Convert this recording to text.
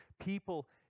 People